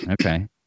Okay